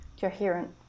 coherent